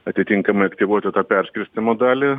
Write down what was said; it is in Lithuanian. atitinkamai aktyvuoti tą perskirstymo dalį